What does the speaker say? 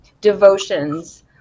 devotions